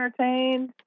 entertained